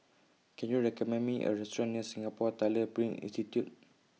Can YOU recommend Me A Restaurant near Singapore Tyler Print Institute